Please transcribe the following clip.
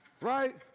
Right